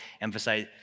emphasize